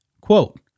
Quote